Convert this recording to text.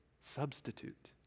substitute